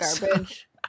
garbage